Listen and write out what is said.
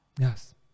yes